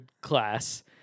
class